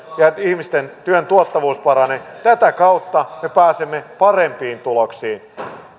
ja työn tuottavuus paranee tätä kautta me pääsemme parempiin tuloksiin